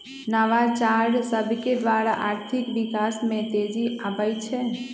नवाचार सभकेद्वारा आर्थिक विकास में तेजी आबइ छै